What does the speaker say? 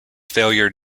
failure